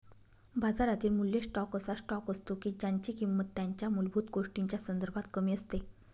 बाजारातील मूल्य स्टॉक असा स्टॉक असतो की ज्यांची किंमत त्यांच्या मूलभूत गोष्टींच्या संदर्भात कमी असते